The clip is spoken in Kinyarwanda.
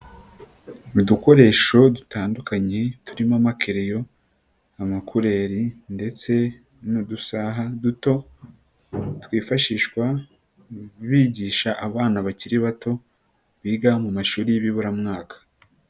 Udukoresho dutandukanye turimo makereyo, amakureri ndetse n'udusahaha duto twifashishwa bigisha abana bakiri bato biga mu mashuri y'ibiburamwaka.